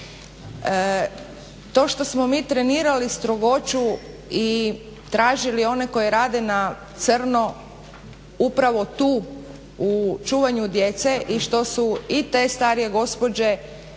To što smo mi trenirali strogoću i tražili one koji rade na crno upravo tu u čuvanju djece i što su i te starije gospođe